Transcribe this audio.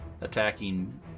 attacking